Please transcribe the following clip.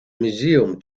museum